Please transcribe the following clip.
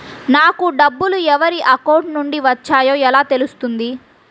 నాకు డబ్బులు ఎవరి అకౌంట్ నుండి వచ్చాయో ఎలా తెలుస్తుంది?